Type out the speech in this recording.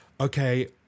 okay